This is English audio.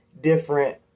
different